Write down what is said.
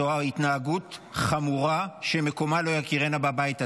זו התנהגות חמורה שמקומה לא יכירנה בבית הזה.